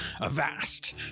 Avast